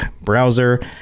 browser